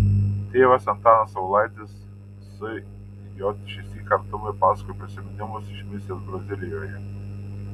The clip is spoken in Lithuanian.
tėvas antanas saulaitis sj šįsyk artumai pasakoja prisiminimus iš misijos brazilijoje